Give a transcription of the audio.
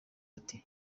ati